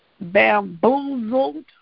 bamboozled